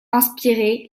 inspirer